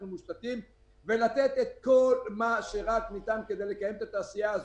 מושתתים ולתת את כל מה שניתן כדי לקיים את התעשייה הזאת.